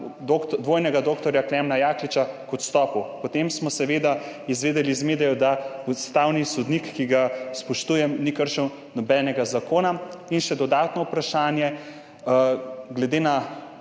dvojnega doktorja Klemna Jakliča k odstopu? Potem smo seveda izvedeli iz medijev, da ustavni sodnik, ki ga spoštujem, ni kršil nobenega zakona. In še dodatno vprašanje glede na